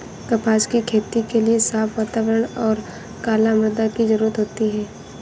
कपास की खेती के लिए साफ़ वातावरण और कला मृदा की जरुरत होती है